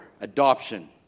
adoption